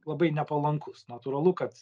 labai nepalankus natūralu kad